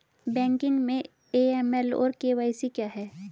Banking में AML और KYC क्या हैं?